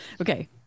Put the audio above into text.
okay